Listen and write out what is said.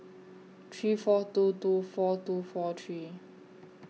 three four two two four two four three